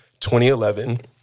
2011